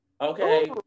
Okay